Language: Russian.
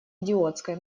идиотская